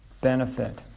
benefit